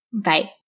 Bye